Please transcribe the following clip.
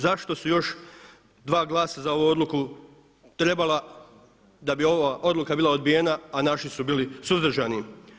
Zašto su još dva glasa za ovu odluku trebala da bi ova odluka bila odbijena, a naši su bili suzdržani?